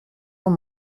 dans